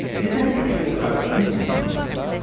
isn't actually about emptying your mind.